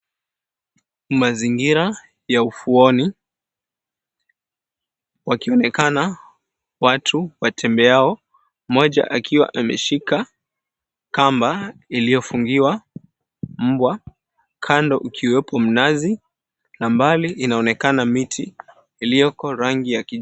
Mazingira ya ufuoni wakionekana watu watembeao mmoja akiwa ameshika kamba iliyofungiwa mbwa, kando ukiwepo mnazi na mbali inaonekana miti iliyoko rangi yaki.